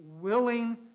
willing